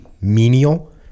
menial